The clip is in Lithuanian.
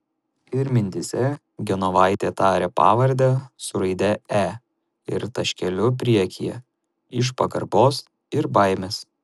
ir mintyse genovaitė taria pavardę su raide e ir taškeliu priekyje iš pagarbos ir baimės